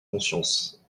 conscience